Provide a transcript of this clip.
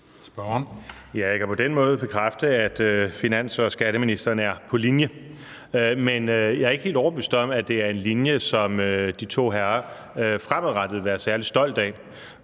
Jeg kan på den måde bekræfte, at finans- og skatteministeren er på linje, men jeg er ikke helt overbevist om, at det er en linje, som de to herrer fremadrettet vil være særlig stolte af.